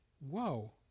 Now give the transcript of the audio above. Whoa